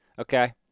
okay